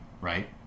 right